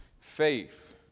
faith